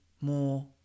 more